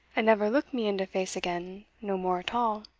and never look me in de face again no more at all.